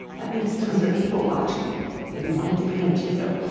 that means tons of people watching maybe wanted to be him, too